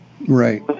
Right